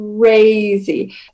crazy